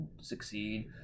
succeed